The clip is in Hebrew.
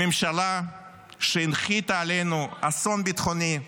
לממשלה שהנחיתה עלינו אסון ביטחוני,